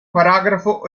paragrafo